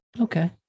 Okay